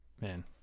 Man